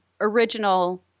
original